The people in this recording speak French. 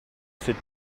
ses